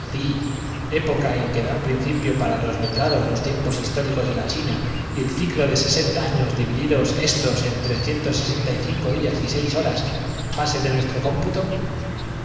época en la juventud que dan principio para los letrados los tiempos histó pero esa invenciónañadió benjamín oponiéndo ricos de la china y el ciclo de sesenta años divididos se aún á la evidenciacomo la de los pozos artesianos éstos en sesenta y cinco días y seis horas base de nuestro cómputo